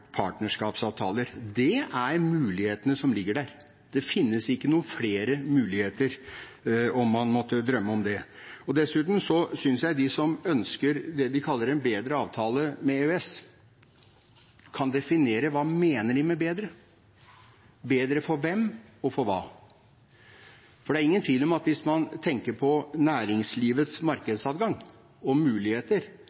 partnerskapsavtaler. Det er mulighetene som ligger der. Det finnes ikke noen flere muligheter, om man måtte drømme om det. Dessuten synes jeg de som ønsker det de kaller en bedre avtale enn EØS, kan definere hva de mener med bedre – bedre for hvem, og for hva? For det er ingen tvil om at hvis man tenker på næringslivets